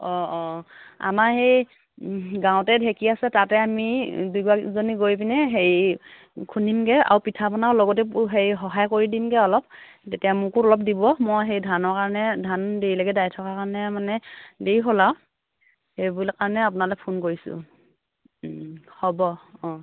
অঁ অঁ আমাৰ সেই গাঁৱতে ঢেঁকী আছে তাতে আমি দুইগৰাকী দুজনী গৈ পিনে হেৰি খুন্দিমগৈ আৰু পিঠাপনাও লগতে হেৰি সহায় কৰি দিমগৈ আৰু অলপ তেতিয়া মোকো অলপ দিব মই সেই ধানৰ কাৰণে ধান দেৰিলৈকে দাই থকা কাৰণে মানে দেৰি হ'ল আৰু সেই বুলি কাৰণে আপোনালৈ ফোন কৰিছোঁ হ'ব অঁ